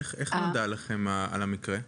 איך נודע לכם על המקרה?